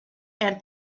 and